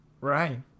Right